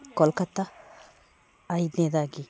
Kolkata ಐದನೇದಾಗಿ